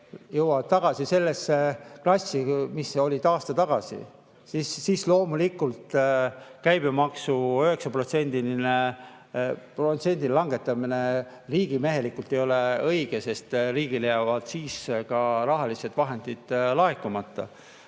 jõuavad tagasi sellesse klassi, mis oli aasta tagasi, siis loomulikult käibemaksu 9%-ni langetamine riigimehelikult ei ole õige, sest riigil jäävad siis ka rahalised vahendid laekumata.